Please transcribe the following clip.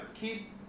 keep